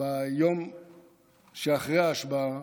ביום שאחרי ההשבעה,